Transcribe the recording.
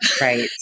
Right